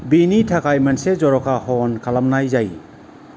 बिनि थाखाय मोनसे जरखा हवन खालामनाय जायो